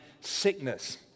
sickness